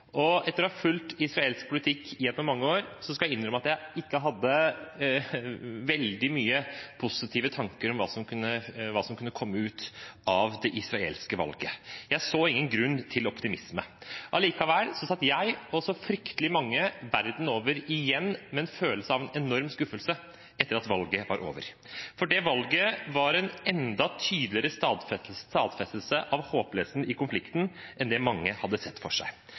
og etter å ha fulgt israelsk politikk gjennom mange år skal jeg innrømme at jeg ikke hadde veldig mange positive tanker om hva som kunne komme ut av det israelske valget. Jeg så ingen grunn til optimisme. Allikevel satt jeg – og fryktelig mange verden over – igjen med en følelse av enorm skuffelse etter at valget var over, for det valget var en enda tydeligere stadfestelse av håpløsheten i konflikten enn det mange hadde sett for seg.